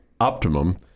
Optimum